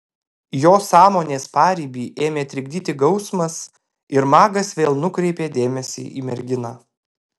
jo sąmonės paribį ėmė trikdyti gausmas ir magas vėl nukreipė dėmesį į merginą